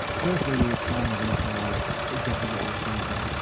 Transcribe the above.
firstly we would try and identify exactly what their fears are,